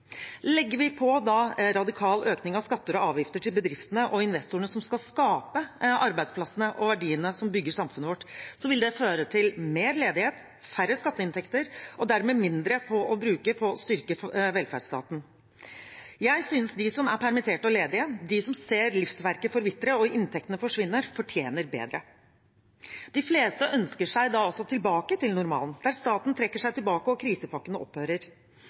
Legger vi da på radikal økning av skatter og avgifter til bedriftene og investorene som skal skape arbeidsplassene og verdiene som bygger samfunnet vårt, vil det føre til mer ledighet, færre skatteinntekter og dermed mindre å bruke på å styrke velferdsstaten. Jeg synes de som er permittert og ledige, de som ser livsverket forvitre og inntektene forsvinne, fortjener bedre. De fleste ønsker seg tilbake til normalen, der staten trekker seg tilbake og krisepakkene opphører.